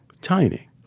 Tiny